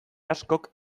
askok